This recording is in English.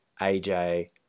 AJ